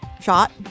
shot